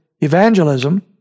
evangelism